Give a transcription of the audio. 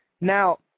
Now